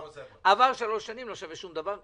אבל עברו שלוש שנים לא שווה שום דבר,